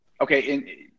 Okay